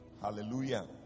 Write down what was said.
Hallelujah